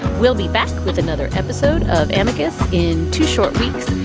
we'll be back with another episode of amicus. in two short weeks.